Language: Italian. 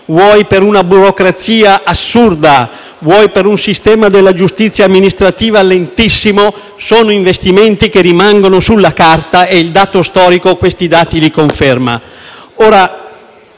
vuoi per una burocrazia assurda, vuoi per un sistema della giustizia amministrativa lentissimo. Sono investimenti che rimangono sulla carta e come conferma